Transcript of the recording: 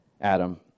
Adam